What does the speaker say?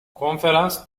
konferans